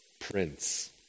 prince